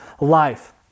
life